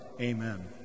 Amen